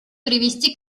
привести